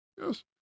yes